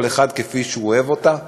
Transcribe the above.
כל אחד כפי שהוא אוהב אותה,